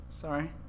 Sorry